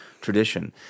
tradition